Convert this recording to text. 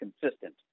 consistent